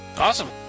Awesome